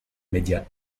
médias